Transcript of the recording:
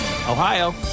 Ohio